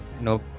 Nope